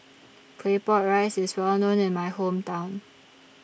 Claypot Rice IS Well known in My Hometown